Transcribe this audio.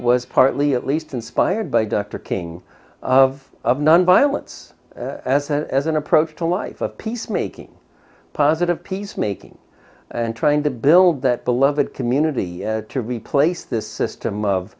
was partly at least inspired by dr king of of nonviolence as a as an approach to life of peace making positive peacemaking and trying to build that beloved community to replace this system of